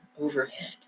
overhead